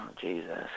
jesus